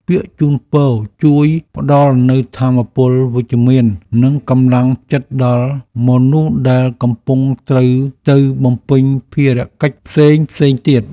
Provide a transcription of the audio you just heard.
ពាក្យជូនពរជួយផ្ដល់នូវថាមពលវិជ្ជមាននិងកម្លាំងចិត្តដល់មនុស្សដែលកំពុងត្រូវទៅបំពេញភារកិច្ចផ្សេងៗទៀត។